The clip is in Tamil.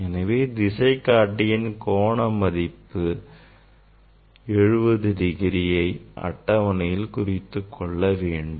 எனவே திசைகாட்டியின் கோண மதிப்பான 70 டிகிரி கோணத்தை அட்டவணையில் குறித்துக்கொள்ள வேண்டும்